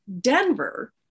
denver